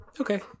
Okay